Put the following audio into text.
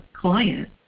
client